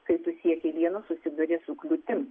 kai tu sieki vienu susiduri su kliūtim